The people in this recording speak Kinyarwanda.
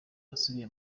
asubiye